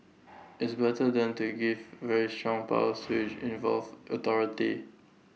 it's better than to give very strong powers to each involved authority